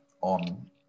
on